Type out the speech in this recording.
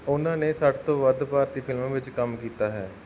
ਉਨ੍ਹਾਂ ਨੇ ਸੱਠ ਤੋਂ ਵੱਧ ਭਾਰਤੀ ਫਿਲਮਾਂ ਵਿੱਚ ਕੰਮ ਕੀਤਾ ਹੈ